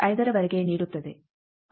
5ರವರೆಗೆ ನೀಡುತ್ತದೆ